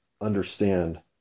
understand